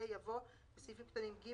(ג1ג) ו-(ג1ה)" יבוא "בסעיפים קטנים (ג),